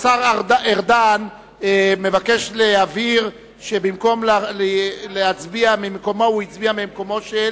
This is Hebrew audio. השר ארדן מבקש להבהיר שבמקום להצביע ממקומו הוא הצביע ממקומו של